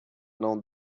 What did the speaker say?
não